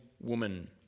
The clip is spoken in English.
woman